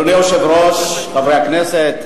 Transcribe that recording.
אדוני היושב-ראש, חברי הכנסת,